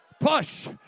Push